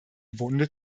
wunde